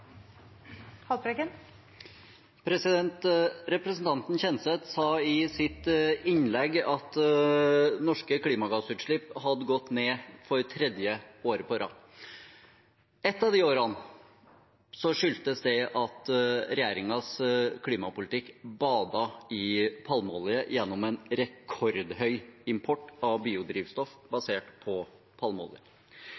Representanten Kjenseth sa i sitt innlegg at norske klimagassutslipp hadde gått ned for tredje år på rad. I ett av de årene skyldtes det at regjeringens klimapolitikk badet i palmeolje gjennom en rekordhøy import av biodrivstoff